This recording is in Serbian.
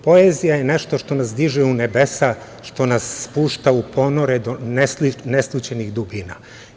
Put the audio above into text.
Poezija je nešto što nas diže u nebesa, što nas spušta u ponore do neslućenih dubina.